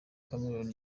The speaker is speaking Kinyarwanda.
cameroun